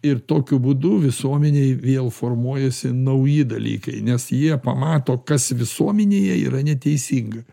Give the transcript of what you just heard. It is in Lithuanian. ir tokiu būdu visuomenėj vėl formuojasi nauji dalykai nes jie pamato kas visuomenėje yra neteisinga